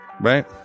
Right